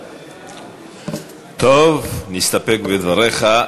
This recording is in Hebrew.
טוב, נסתפק בדבריך.